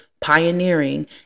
pioneering